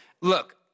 Look